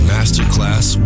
Masterclass